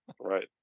Right